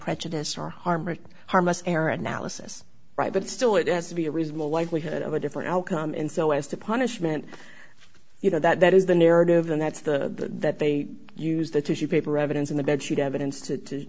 prejudice or harm or harmless error analysis right but still it has to be a reasonable likelihood of a different outcome and so as to punishment you know that is the narrative and that's the that they use the tissue paper evidence in the bed sheet evidence to to